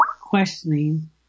questioning